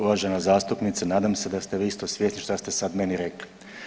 Uvažena zastupnice, nadam se da ste vi isto svjesni šta ste sad meni rekli.